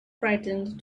frightened